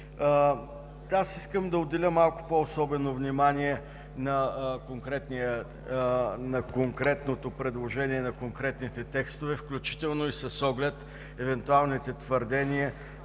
Искам да отделя по-особено внимание на конкретното предложение, на конкретните текстове, включително и с оглед евентуалните твърдения